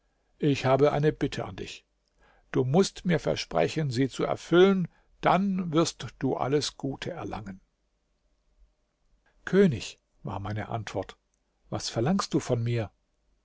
ich habe eine bitte an dich du mußt mir versprechen sie zu erfüllen dann wirst du alles gute erlangen könig war meine antwort was verlangst du von mir